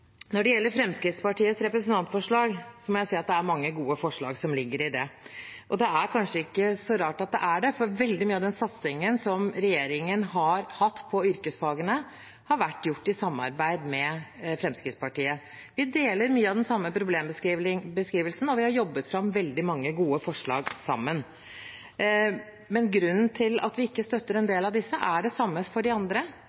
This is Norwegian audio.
Når det gjelder Fremskrittspartiets representantforslag, må jeg si at det er mange gode forslag som ligger i det. Det er kanskje ikke så rart at det er det, for veldig mye av den satsingen som regjeringen har hatt på yrkesfagene, har vært gjort i samarbeid med Fremskrittspartiet. Vi deler mye av den samme problembeskrivelsen, og vi har jobbet fram veldig mange gode forslag sammen. Grunnen til at vi ikke støtter en